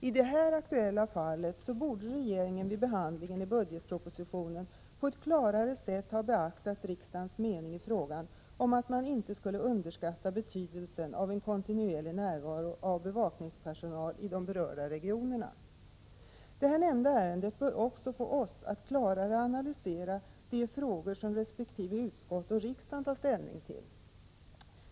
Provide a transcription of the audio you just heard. I det här aktuella fallet borde regeringen vid behandlingen i budgetpropositionen på ett klarare sätt ha beaktat riksdagens mening att man inte skulle underskatta betydelsen av en kontinuerlig närvaro av bevakningspersonal i de berörda regionerna. Det här nämnda ärendet bör också få oss att klarare analysera de frågor som resp. utskott och riksdagen tar ställning till.